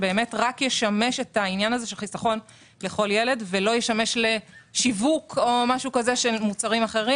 שישמשו את עניין החיסכון לכל ילד ולא ישמשו לשיווק של מוצרים אחרים.